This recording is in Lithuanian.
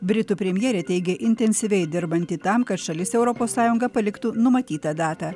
britų premjerė teigė intensyviai dirbanti tam kad šalis europos sąjunga paliktų numatytą datą